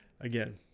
Again